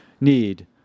need